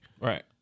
Right